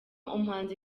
umuhanzi